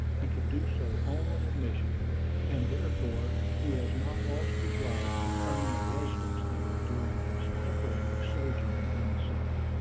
he could do so only in michigan and therefore he has not lost his right to claim a residence there during his temporary sojourn in the south.